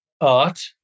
art